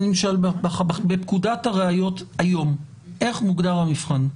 בפקודת הראיות היום, איך מוגדר המבחן?